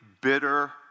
bitter